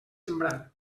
sembrar